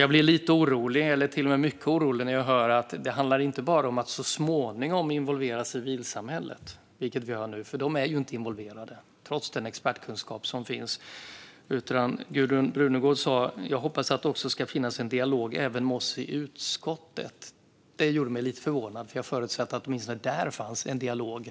Jag blir lite orolig, eller till och med mycket orolig, när jag hör inte bara att det handlar om att så småningom involvera civilsamhället - för civilsamhället är ju inte involverat, trots den expertkunskap som finns - utan att Gudrun Brunegård också säger att hon hoppas att det också ska finnas en dialog med oss i utskottet. Det gjorde mig lite förvånad, för jag förutsatte att det fanns en dialog